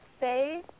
say